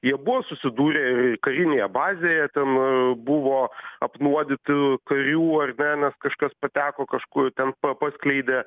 jie buvo susidūrę karinėje bazėje ten buvo apnuodytų karių ar ne nes kažkas pateko kažku ten pa paskleidė